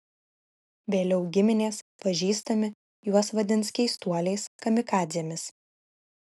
vėliau giminės pažįstami juos vadins keistuoliais kamikadzėmis